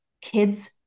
kids